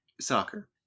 soccer